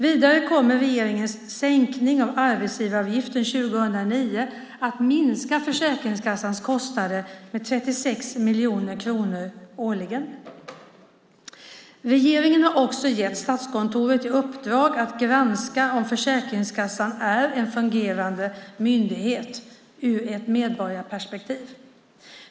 Vidare kommer regeringens sänkning av arbetsgivaravgiften 2009 att minska Försäkringskassans kostnader med 36 miljoner kronor årligen. Regeringen har också gett Statskontoret i uppdrag att granska om Försäkringskassan är en fungerande myndighet ur ett medborgarperspektiv.